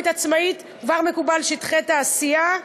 דיברתי על התעשייה,